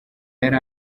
yari